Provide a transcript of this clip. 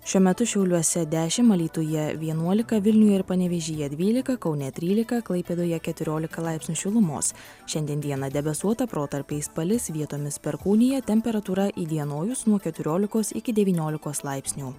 šiuo metu šiauliuose dešim alytuje vienuolika vilniuje ir panevėžyje dvylika kaune trylika klaipėdoje keturiolika laipsnių šilumos šiandien dieną debesuota protarpiais palis vietomis perkūnija temperatūra įdienojus nuo keturiolikos iki devyniolikos laipsnių